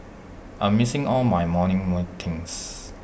I'm missing all my morning meetings